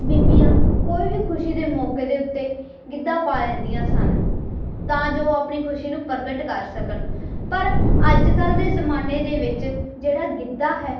ਬੀਬੀਆਂ ਕੋਈ ਵੀ ਖੁਸ਼ੀ ਦੇ ਮੌਕੇ ਦੇ ਉੱਤੇ ਗਿੱਧਾ ਪਾ ਲੈਂਦੀਆਂ ਸਨ ਤਾਂ ਜੋ ਆਪਣੀ ਖੁਸ਼ੀ ਨੂੰ ਪ੍ਰਗਟ ਕਰ ਸਕਣ ਪਰ ਅੱਜ ਕੱਲ੍ਹ ਦੇ ਜ਼ਮਾਨੇ ਦੇ ਵਿੱਚ ਜਿਹੜਾ ਗਿੱਧਾ ਹੈ